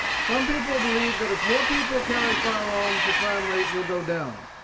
some people believe that if more people carry firearms, the crime rate will go down.